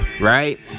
Right